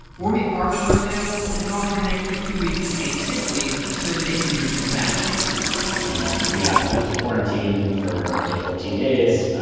warby parker, for example, has offered an extra two weeks of paid sick leave so that they can do just that, dave says and we asked them to quarantine for to fourteen days,